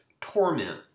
Torment